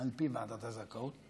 על פי ועדת הזכאות.